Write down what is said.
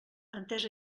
entès